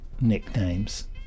nicknames